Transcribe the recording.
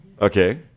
Okay